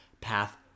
path